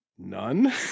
none